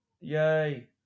Yay